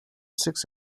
six